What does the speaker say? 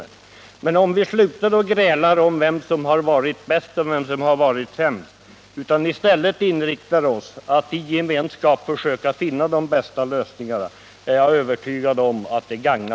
Men jag är övertygad om att vi bäst gagnar saken genom att sluta gräla om vem som har varit bäst och vem som har varit sämst och i stället inrikta oss på att gemensamt försöka finna de bästa lösningarna.